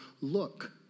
look